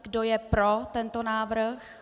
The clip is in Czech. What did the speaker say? Kdo je pro tento návrh?